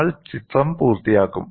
നമ്മൾ ചിത്രം പൂർത്തിയാക്കും